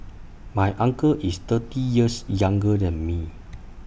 my uncle is thirty years younger than me